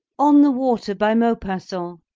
on the water, by maupassant.